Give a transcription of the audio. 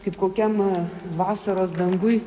kaip kokiam vasaros danguj